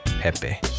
Pepe